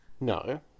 No